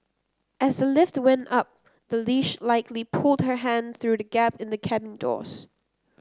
as the lift went up the leash likely pulled her hand through the gap in the cabin doors